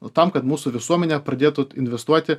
nu tam kad mūsų visuomenė pradėtų investuoti